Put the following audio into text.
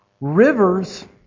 Rivers